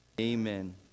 Amen